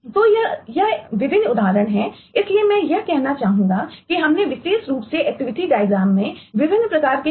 तो यह ये विभिन्न उदाहरण हैं इसलिए मैं यह कहना चाहूंगा कि हमने विशेष रूप से एक एक्टिविटी डायग्रामहैं